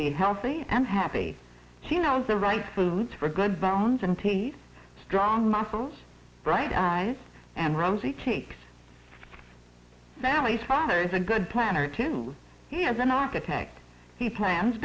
be healthy and happy she knows the right foods for good bones and teeth strong muscles bright eyes and rosy cheeks sally's father is a good planner to me as an architect he plans